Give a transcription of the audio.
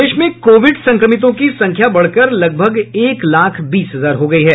प्रदेश में कोविड संक्रमितों की संख्या बढ़कर लगभग एक लाख बीस हजार हो गयी है